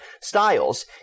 styles